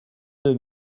deux